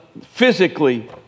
physically